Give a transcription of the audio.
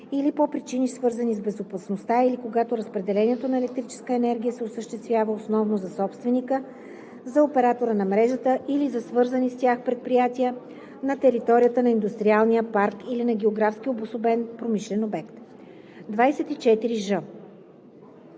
или по причини, свързани с безопасността, или когато разпределението на електрическа енергия се осъществява основно за собственика, за оператора на мрежата или за свързани с тях предприятия на територията на индустриалния парк или на географски обособен промишлен обект. 24ж.